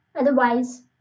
Otherwise